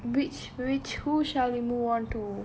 which which who shall we move on to